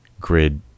Grid